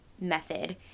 method